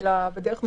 אלא בדרך מקוונת.